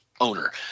Owner